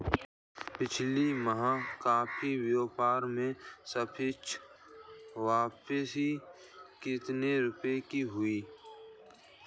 पिछले माह कॉफी व्यापार में सापेक्ष वापसी कितने रुपए की हुई?